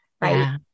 right